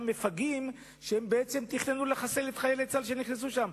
מפגעים שבעצם תכננו לחסל את חיילי צה"ל שנכנסו לשם.